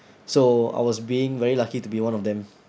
so I was being very lucky to be one of them